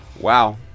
Wow